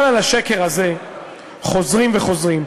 אבל על השקר הזה חוזרים וחוזרים.